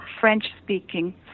French-speaking